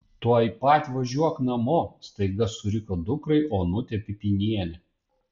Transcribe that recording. tuoj pat važiuok namo staiga suriko dukrai onutė pipynienė